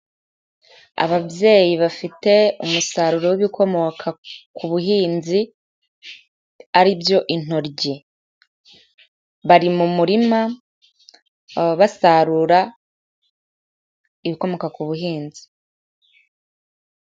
Ababyeyi bafite umusaruro w'ibikomoka ku buhinzi ari byo intoryi. Bari mu murima baba basarura ibikomoka ku buhinzi.